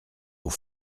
aux